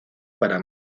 para